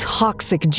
toxic